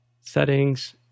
settings